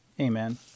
Amen